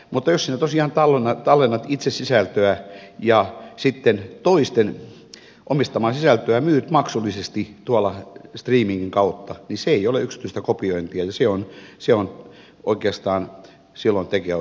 mutta jos sinä tosiaan tallennat itse sisältöä ja sitten toisten omistamaa sisältöä myyt maksullisesti tuolla streamingin kautta niin se ei ole yksityistä kopiontia ja se on silloin oikeastaan tekijänoikeusrike